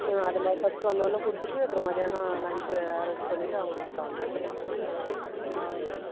ஆ அதை மாதிரி ஃபர்ஸ்ட்டு வந்தோன்னே கொடுத்துட்டு அப்புறம் மதியானம் லஞ்ச்சி அரேஞ்ச் பண்ணிட்டு அவங்கள அப்புறம் அனுச்சுட்டுரலாம் ஆ